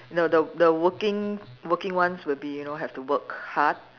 no the the working working ones will be you know have to work hard